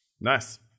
nice